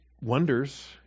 wonders